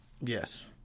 yes